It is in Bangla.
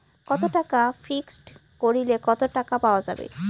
কত টাকা ফিক্সড করিলে কত টাকা পাওয়া যাবে?